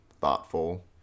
thoughtful